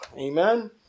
Amen